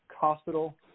hospital